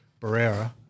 Barrera